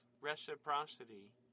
reciprocity